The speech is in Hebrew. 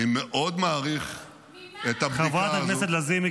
אני מאוד מעריך את ----- חברת הכנסת לזימי,